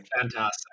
Fantastic